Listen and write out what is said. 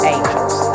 Angels